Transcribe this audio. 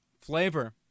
Flavor